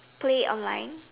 play online